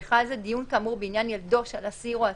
ובכלל זה דיון כאמור בעניין ילדו של אסיר או עצור,